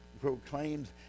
proclaims